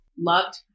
loved